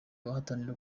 bahatanira